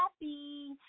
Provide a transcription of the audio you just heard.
happy